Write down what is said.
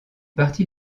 parti